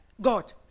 God